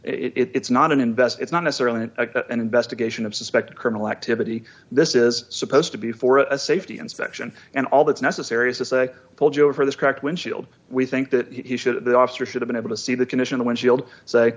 purpose it's not an investor it's not necessarily an investigation of suspected criminal activity this is supposed to be for a safety inspection and all that's necessary is to say well joe for this cracked windshield we think that he should have that officer should have been able to see the condition the windshield say